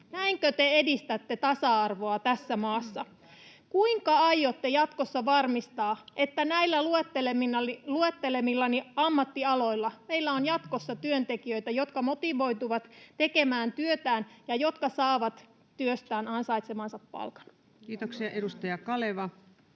Näinkö te edistätte tasa-arvoa tässä maassa? [Vasemmalta: Törkeää!] Kuinka aiotte jatkossa varmistaa, että näillä luettelemillani ammattialoilla meillä on jatkossa työntekijöitä, jotka motivoituvat tekemään työtään ja jotka saavat työstään ansaitsemansa palkan? Kiitoksia. — Edustaja Kaleva.